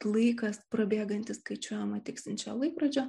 laikas prabėgantis skaičiuojama tiksinčio laikrodžio